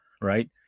Right